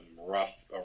rough